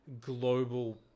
global